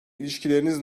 ilişkileriniz